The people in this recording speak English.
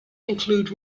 include